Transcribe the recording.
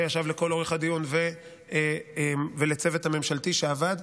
שישב לכל אורך הדיון ולצוות הממשלתי שעבד,